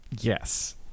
Yes